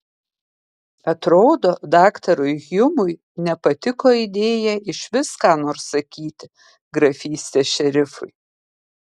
atrodo daktarui hjumui nepatiko idėja išvis ką nors sakyti grafystės šerifui